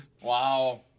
wow